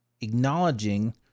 acknowledging